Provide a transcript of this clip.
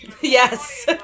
Yes